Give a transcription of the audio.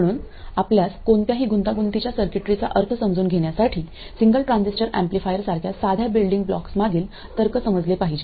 म्हणून आपल्यास कोणत्याही गुंतागुंतीच्या सर्किटरीचा अर्थ समजून घेण्यासाठी सिंगल ट्रांजिस्टर एम्प्लीफायर सारख्या साध्या बिल्डिंग ब्लॉक्समागील तर्क समजले पाहिजे